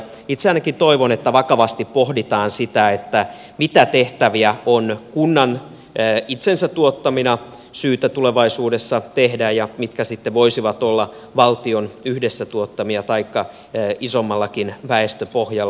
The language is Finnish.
itse ainakin toivon että vakavasti pohditaan sitä mitä tehtäviä on kunnan itsensä tuottamina syytä tulevaisuudessa tehdä ja mitkä sitten voisivat olla valtion yhdessä tuottamia taikka isommallakin väestöpohjalla